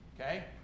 Okay